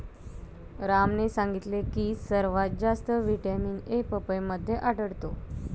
रामने सांगितले की सर्वात जास्त व्हिटॅमिन ए पपईमध्ये आढळतो